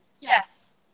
Yes